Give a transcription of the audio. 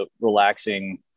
relaxing